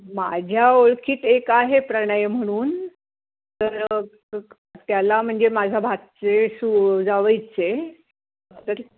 माझ्या ओळखीत एक आहे प्रणय म्हणून तर त्याला म्हणजे माझा भाचे सु जावईच आहे तर